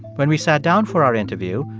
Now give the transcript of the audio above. when we sat down for our interview,